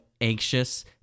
anxious